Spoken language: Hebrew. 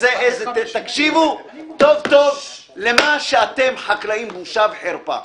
תקשיבו טוב-טוב למה אתם החקלאים בושה וחרפה.